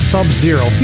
Sub-Zero